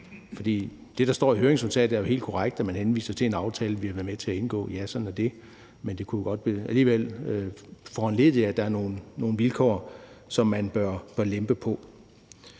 Det, der står i høringsnotatet er jo helt korrekt, hvor man henviser til en aftale, vi har været med til at indgå, ja, sådan er det, men det kunne jo godt alligevel foranledige, at der er nogle vilkår, som man bør lempe på.